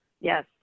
Yes